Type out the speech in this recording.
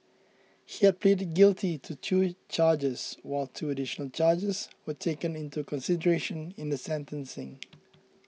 he had pleaded guilty to two charges while two additional charges were taken into consideration in the sentencing